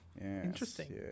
interesting